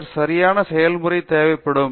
பின்னர் சரியான செயல்முறை தேவைப்படும்